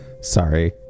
Sorry